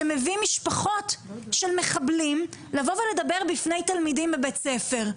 שמביא משפחות של מחבלים לדבר בפני תלמידים בבית הספר.